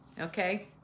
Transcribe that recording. okay